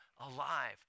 alive